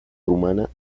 rumana